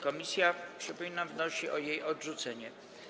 Komisja, przypominam, wnosi o jej odrzucenie.